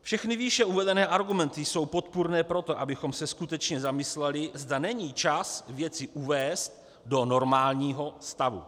Všechny výše uvedené argumenty jsou podpůrné pro to, abychom se skutečně zamysleli, zda není čas věci uvést do normálního stavu.